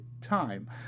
time